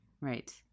right